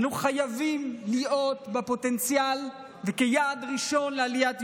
אנו חייבים לראות בה פוטנציאל ויעד ראשון לעלייה.